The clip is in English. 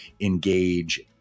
engage